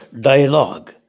dialogue